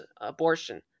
abortion